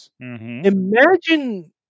Imagine